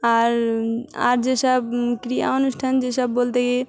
আর আর যেসব ক্রিয়া অনুষ্ঠান যেসব বলতে